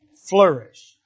flourish